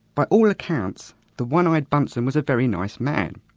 by all accounts the one-eyed bunsen was a very nice man.